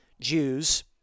Jews